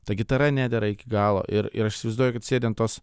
ta gitara nedera iki galo ir ir aš įsivaizduoju kad jis sėdi ant tos